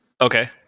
Okay